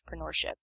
entrepreneurship